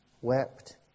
wept